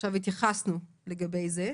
עכשיו התייחסנו לגבי זה,